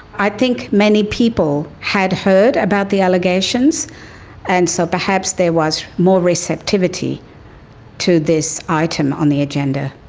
i think many people had heard about the allegations and so perhaps there was more receptivity to this item on the agenda.